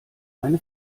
eine